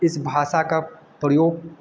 इस भाषा का प्रयोग